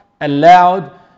allowed